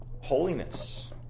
holiness